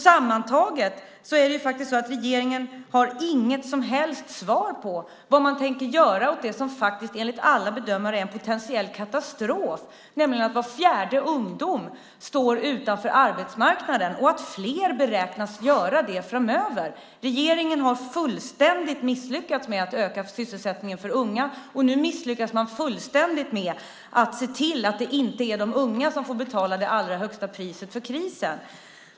Sammantaget är det faktiskt så att regeringen inte har något som helst svar på vad man tänker göra åt det som faktiskt, enligt alla bedömare, är en potentiell katastrof, nämligen att var fjärde ungdom står utanför arbetsmarknaden och att fler beräknas göra det framöver. Regeringen har fullständigt misslyckats med att öka sysselsättningen för unga, och nu misslyckas man fullständigt med att se till att det inte är de unga som får betala det allra högsta priset för krisen.